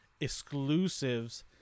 exclusives